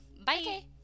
Bye